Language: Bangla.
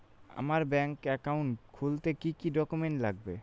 আমার ব্যাংক একাউন্ট খুলতে কি কি ডকুমেন্ট লাগবে?